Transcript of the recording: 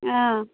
অঁ